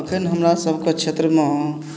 अखन हमरा सबके क्षेत्रमे